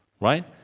Right